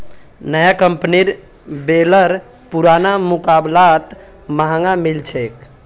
नया कंपनीर बेलर पुरना मुकाबलात महंगा मिल छेक